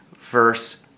verse